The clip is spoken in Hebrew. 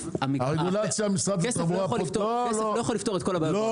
כסף לא יכול לפתור את כל הבעיות.